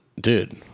dude